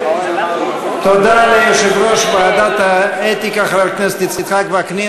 תודה ליושב-ראש ועדת האתיקה חבר הכנסת יצחק וקנין.